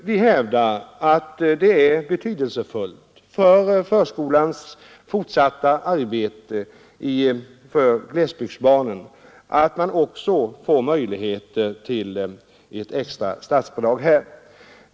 Vi hävdar att det är betydelsefullt för förskolans arbete i glesbygder att ett extra statsbidrag kan utgå till kommunerna för detta ändamål.